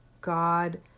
God